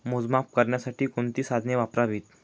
मोजमाप करण्यासाठी कोणती साधने वापरावीत?